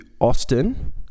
Austin